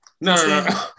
No